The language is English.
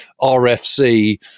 RFC